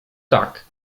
tak